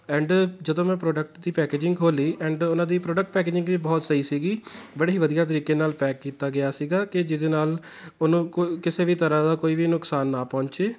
and ਜਦੋਂ ਮੈਂ product ਦੀ ਪੈਕਜਿੰਗ ਖੋਲ੍ਹੀ ਐਂਡ ਉਹਨਾਂ ਦੀ ਪ੍ਰੋਡਕਟ ਪੈਕਜਿੰਗ ਵੀ ਬਹੁਤ ਸਹੀ ਸੀਗੀ ਬੜੇ ਹੀ ਵਧੀਆ ਤਰੀਕੇ ਨਾਲ ਪੈਕ ਕੀਤਾ ਗਿਆ ਸੀਗਾ ਕਿ ਜਿਹਦੇ ਨਾਲ ਉਹਨੂੰ ਕੋ ਕਿਸੇ ਵੀ ਤਰ੍ਹਾਂ ਦਾ ਕੋਈ ਵੀ ਨੁਕਸਾਨ ਨਾ ਪਹੁੰਚੇ